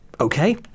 okay